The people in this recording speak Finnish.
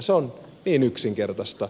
se on niin yksinkertaista